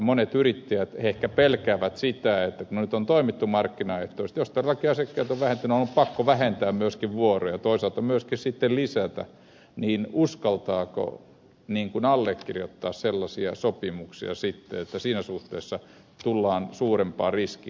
monet yrittäjät ehkä pelkäävät sitä että kun me nyt olemme toimineet markkinaehtoisesti ja jos kerta kaikkiaan asiakkaat ovat vähentyneet ja on ollut pakko vähentää myöskin vuoroja toisaalta myöskin sitten lisätä niin uskaltaako allekirjoittaa sellaisia sopimuksia sitten joten siinä suhteessa tullaan suurempaan riskiin